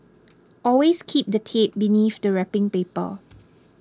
always keep the tape beneath the wrapping paper